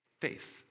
Faith